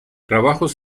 trabajos